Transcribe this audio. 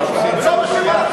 לדבר בשמי.